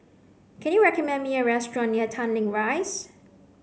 can you recommend me a restaurant near Tanglin Rise